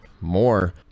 more